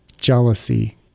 jealousy